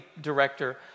director